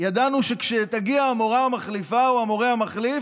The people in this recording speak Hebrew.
ידענו שכשתגיע המורה המחליפה או המורה המחליף,